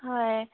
হয়